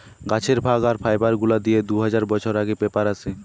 গাছের ভাগ আর ফাইবার গুলা দিয়ে দু হাজার বছর আগে পেপার আসে